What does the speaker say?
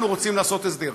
אנחנו רוצים לעשות הסדר.